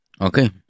Okay